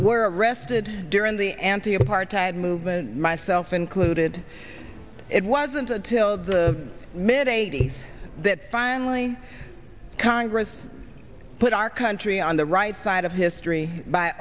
were arrested during the anti apartheid movement myself included it wasn't until the mid eighty's that finally congress put our country on the right side of history by